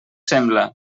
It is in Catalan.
sembla